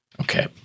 Okay